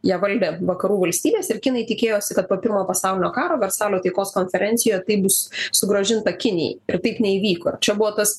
jie valdė vakarų valstybės ir kinai tikėjosi kad po pirmojo pasaulinio karo versalio taikos konferencijoje tai bus sugrąžinta kinijai ir taip neįvyko čia buvo tas